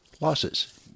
losses